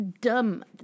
Dumb